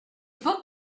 book